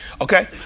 Okay